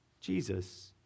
Jesus